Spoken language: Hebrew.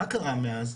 מה קרה מאז?